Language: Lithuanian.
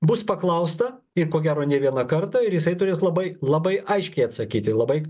bus paklausta ir ko gero ne vieną kartą ir jisai turės labai labai aiškiai atsakyti labai